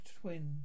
twin